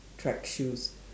track shoes